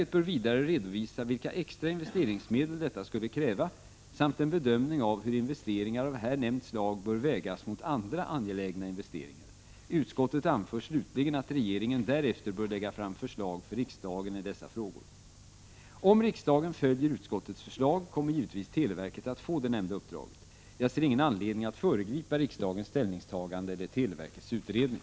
1985/86:155 extra investeringsmedel detta skulle kräva samt en bedömning av hur 29 maj 1986 investeringar av här nämnt slag bör vägas mot andra angelägna investeringar. a SRS HE Om avgångsbetygen i Utskottet anför slutligen att regeringen därefter bör lägga fram förslag för - riksdagen i dessa frågor. BT iRESkOlars högsta: Om riksdagen följer utskottets förslag kommer givetvis televerket att få cr och gymnasie det nämnda uppdraget. Jag ser ingen anledning att föregripa riksdagens ställningstagande eller televerkets utredning.